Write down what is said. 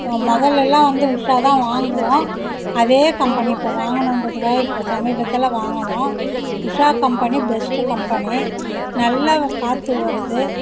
மொதலலாம் வந்து உஷா தான் வாங்குவோம் அதே கம்பெனி இப்போ வாங்கணும்ன்றதுக்காக இப்போ சமீபத்தில் வாங்கினோம் உஷா கம்பெனி பெஸ்ட் கம்பெனி நல்ல காற்று வருது